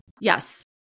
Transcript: Yes